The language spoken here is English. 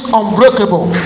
unbreakable